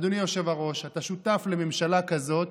אדוני יושב הראש, אתה שותף לממשלה כזאת,